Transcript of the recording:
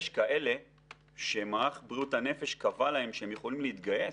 יש כאלה שמערך בריאות הנפש קבע להם שהם יכולים להתגייס,